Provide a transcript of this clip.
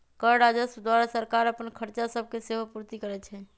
कर राजस्व द्वारा सरकार अप्पन खरचा सभके सेहो पूरति करै छै